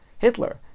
Hitler